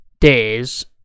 days